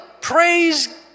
praise